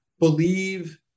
Believe